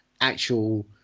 actual